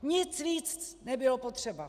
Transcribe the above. Nic víc nebylo potřeba.